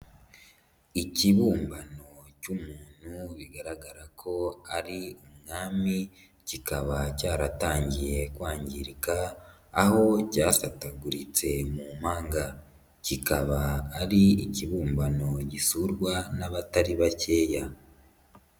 Ikibumbano cy'umuntu bigaragara ko ari umwamimi kikaba cyaratangiye kwangirika, aho cyafatataguritse mu mpanga kikaba ari ikibumbano gisurwa n'abatari bakeya.